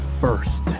first